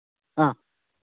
ꯑ